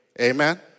amen